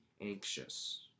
anxious